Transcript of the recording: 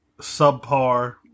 subpar